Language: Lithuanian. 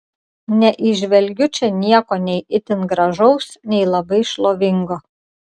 neįžvelgiu čia nieko nei itin gražaus nei labai šlovingo